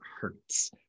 hurts